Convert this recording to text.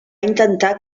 intentar